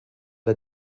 der